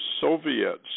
Soviets